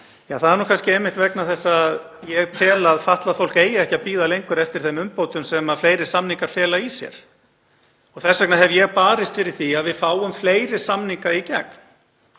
það er einmitt vegna þess að ég tel að fatlað fólk eigi ekki að bíða lengur eftir þeim umbótum sem fleiri samningar fela í sér. Þess vegna hef ég barist fyrir því að við fáum fleiri samninga í gegn